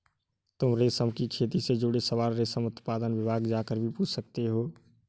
तुम रेशम की खेती से जुड़े सवाल रेशम उत्पादन विभाग जाकर भी पूछ सकते हो